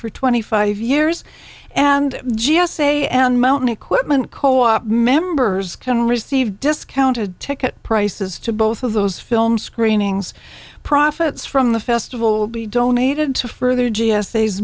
for twenty five years and g s a and mountain equipment co op members can receive discounted ticket prices to both of those films screenings profits from the festival be donated to further g